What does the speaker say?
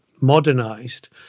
modernized